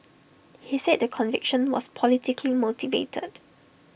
he said the conviction was politically motivated